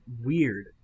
weird